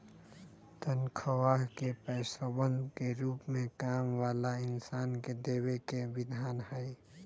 तन्ख्वाह के पैसवन के रूप में काम वाला इन्सान के देवे के विधान हई